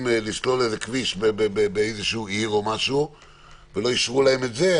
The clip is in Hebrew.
לסלול איזה כביש באיזה עיר ולא אישרו להם את זה,